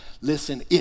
Listen